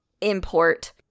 import